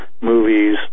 movies